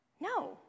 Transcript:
No